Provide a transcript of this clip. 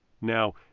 Now